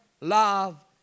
love